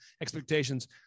expectations